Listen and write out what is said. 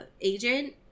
agent